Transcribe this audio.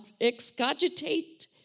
excogitate